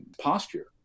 posture